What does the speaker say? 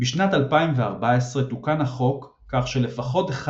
בשנת 2014 תוקן החוק כך ש"לפחות אחד